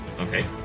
okay